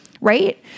right